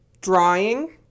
Drawing